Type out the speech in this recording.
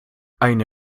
eine